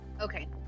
okay